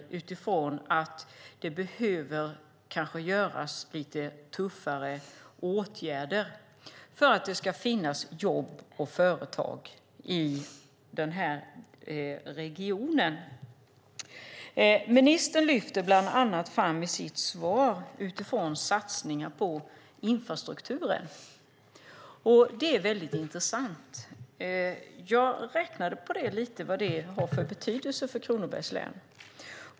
Det kanske behöver vidtas lite tuffare åtgärder för att det ska finnas jobb och företag i regionen. Ministern lyfter i sitt svar bland annat fram satsningar på infrastrukturen. Det är väldigt intressant. Jag räknade lite på vad det har för betydelse för Kronobergs län.